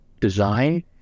design